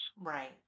Right